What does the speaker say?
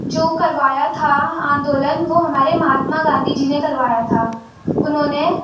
جو کروایا تھا آندولن وہ ہمارے مہاتما گاندھی جی نے کروایا تھا انہوں نے